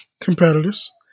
competitors